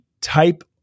type